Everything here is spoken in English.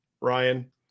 Ryan